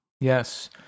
Yes